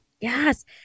Yes